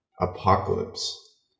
Apocalypse